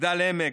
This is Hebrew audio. מגדל העמק,